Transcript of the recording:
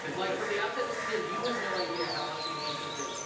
and like, from the outside looking in, you have no idea how healthy a business is.